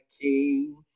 king